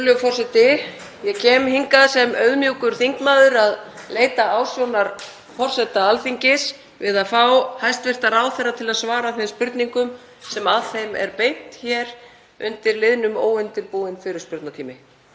forseti. Ég kem hingað sem auðmjúkur þingmaður að leita ásjár forseta Alþingis við að fá hæstv. ráðherra til að svara þeim spurningum sem að þeim er beint hér undir liðnum óundirbúinn fyrirspurnatími.